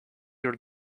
your